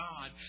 God